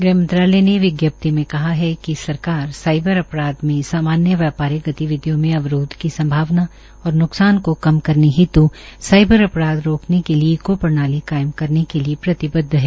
गृह मंत्रालय ने विज्ञप्ति में कहा है कि सरकार साईबर अपराध सामान्य व्यापारिक गतिविधियों में अवरोध की संभावना और न्कसान को कम करने हेत् साईबर अपराध रोकने के लिए इको प्रणाली कायम करने के लिए प्रतिबदव है